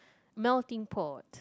melting port